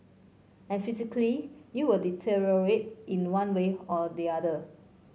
and physically you will deteriorate in one way or the other